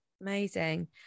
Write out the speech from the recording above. Amazing